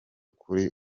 kuri